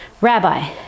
rabbi